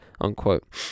unquote